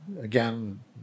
again